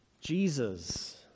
Jesus